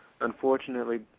unfortunately